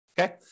okay